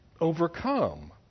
overcome